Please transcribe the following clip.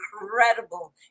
incredible